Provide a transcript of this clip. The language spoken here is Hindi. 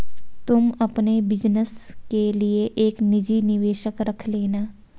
तुम अपने बिज़नस के लिए एक निजी निवेशक रख लेना